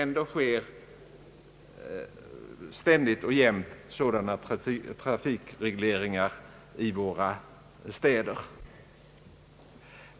Ändå görs ju ständigt och jämt sådana trafikregleringar i våra städer.